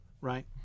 right